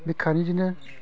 बे कारेन्टजोंनो